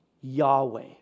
Yahweh